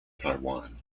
taiwan